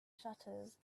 shutters